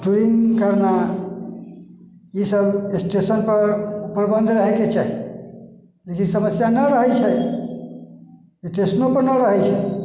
करना ई सब स्टेशन पर प्रबंध रहय के चाही इ समस्या नहि रहय छै स्टेशनो पर नहि रहै छै